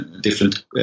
different